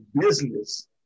business